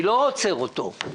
אני לא עוצר אותו,